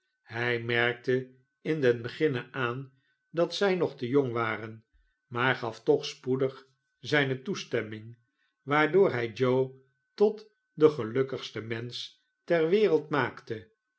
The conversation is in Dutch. hij merkte in den beginne aan dat zij nog te jong waren maar gaf toch spoedig zijne toestemming waardoor hy joe tot den gelukkigsten mensch ter wereld maakte